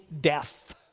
death